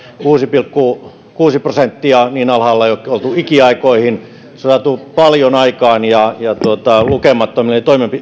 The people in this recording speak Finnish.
kuusi pilkku kuusi prosenttia niin alhaalla ei ole oltu ikiaikoihin on saatu paljon aikaan lukemattomilla